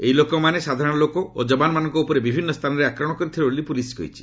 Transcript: ଏଇ ଲୋକମାନେ ସାଧାରଣ ଲୋକ ଓ ଯବାନମାନଙ୍କ ଉପରେ ବିଭିନ୍ନ ସ୍ଥାନରେ ଆକ୍ରମଣ କରିଥିଲେ ବୋଲି ପୁଲିସ୍ କହିଛି